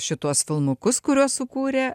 šituos filmukus kuriuos sukūrė